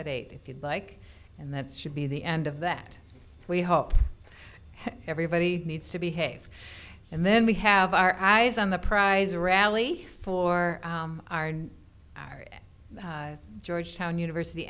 at eight if you'd like and that's should be the end of that we hope everybody needs to behave and then we have our eyes on the prize rally for our new georgetown university